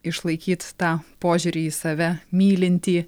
išlaikyt tą požiūrį į save mylintį